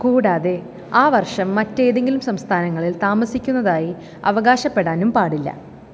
കൂടാതെ ആ വർഷം മറ്റേതെങ്കിലും സംസ്ഥാനങ്ങളിൽ താമസിക്കുന്നതായി അവകാശപ്പെടാനും പാടില്ല